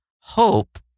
hope